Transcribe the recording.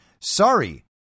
sorry